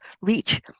reach